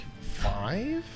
Five